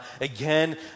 again